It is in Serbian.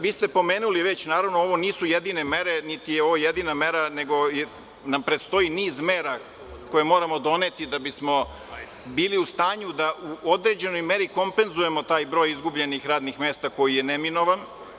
Vi ste pomenuli već, naravno, ovo nisu jedine mere, niti je ovo jedina mera, predstoji nam niz mera koje moramo doneti da bismo bili u stanju da u određenoj meri kompenzujemo taj broj izgubljenih radnih mesta koji je neminovan.